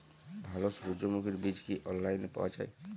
ভালো সূর্যমুখির বীজ কি অনলাইনে পাওয়া যায়?